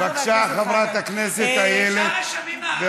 בבקשה, חברת הכנסת ורבין.